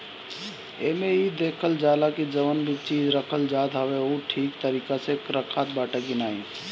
एमे इ देखल जाला की जवन भी चीज रखल जात हवे उ ठीक तरीका से रखात बाटे की नाही